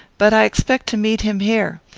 but i expect to meet him here.